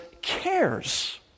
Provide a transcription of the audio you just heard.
cares